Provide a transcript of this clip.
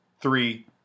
three